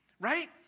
right